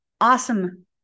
awesome